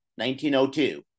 1902